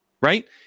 right